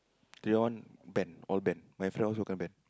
that one ban all ban my friend also kena ban